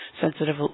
sensitive